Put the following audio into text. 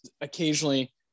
Occasionally